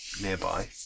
nearby